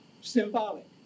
symbolic